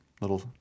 little